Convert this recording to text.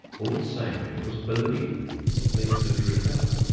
all the same, it was believed that they could recover.